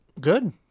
Good